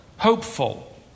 hopeful